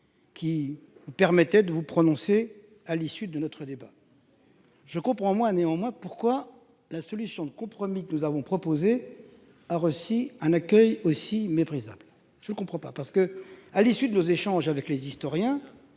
Qui permettait de vous prononcer à l'issue de notre débat. Je comprends moi néanmoins pourquoi la solution de compromis que nous avons proposé. À Rossi, un accueil aussi méprisable. Je ne comprends pas parce que à l'issue de nos échanges avec les historiens